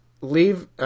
leave –